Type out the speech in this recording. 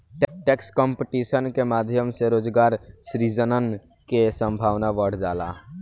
tax competition के माध्यम से रोजगार सृजन के संभावना बढ़ जाला